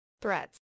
threats